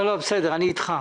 בסדר, אני איתך.